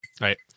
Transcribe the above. Right